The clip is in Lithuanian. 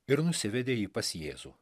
ir nusivedė jį pas jėzų